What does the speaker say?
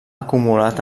acumulat